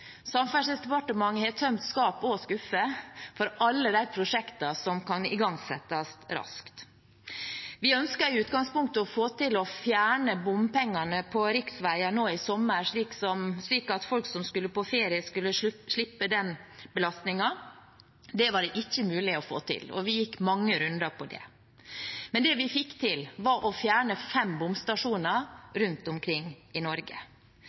Samferdselsdepartementet har tømt skap og skuffer for alle de prosjektene som kan igangsettes raskt. Vi ønsket i utgangspunktet å få til å fjerne bompengene på riksveier nå i sommer, slik at folk som skal på ferie, skulle slippe den belastningen. Det var det ikke mulig å få til, og vi gikk mange runder på det. Men det vi fikk til, var å fjerne fem bomstasjoner rundt omkring i Norge.